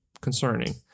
concerning